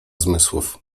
zmysłów